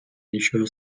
нічого